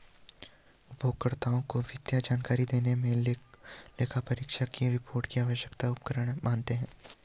उपयोगकर्ताओं को वित्तीय जानकारी देने मे लेखापरीक्षक की रिपोर्ट को आवश्यक उपकरण मानते हैं